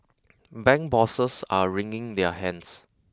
bank bosses are wringing their hands